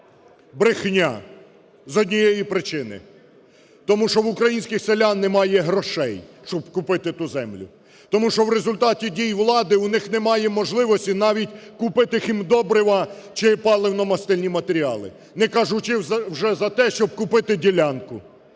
Брехня! З однієї причини: тому що в українських селян немає грошей, щоб купити ту землю. Тому що в результаті дій влади у них немає можливості навіть купити хімдобрива чи паливно-мастильні матеріали, не кажучи вже за те, щоб купити ділянку.